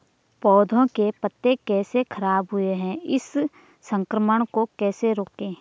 पौधों के पत्ते कैसे खराब हुए हैं इस संक्रमण को कैसे रोकें?